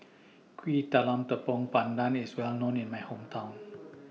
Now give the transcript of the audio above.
Kuih Talam Tepong Pandan IS Well known in My Hometown